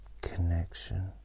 connection